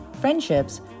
friendships